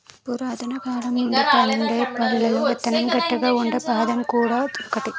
పురాతనకాలం నుండి పండే పళ్లలో విత్తనం గట్టిగా ఉండే బాదం కూడా ఒకటి